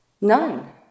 None